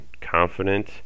confident